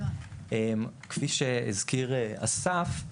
כפי שהזכיר אסף,